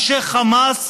אנשי חמאס